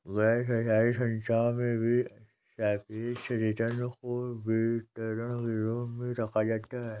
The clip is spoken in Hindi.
गैरसरकारी संस्थाओं में भी सापेक्ष रिटर्न को वितरण के रूप में रखा जाता है